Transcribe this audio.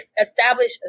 establish